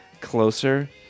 closer